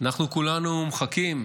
אנחנו כולנו מחכים: